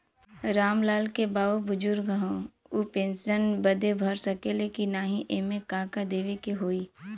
राम लाल के बाऊ बुजुर्ग ह ऊ पेंशन बदे भर सके ले की नाही एमे का का देवे के होई?